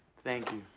thank you.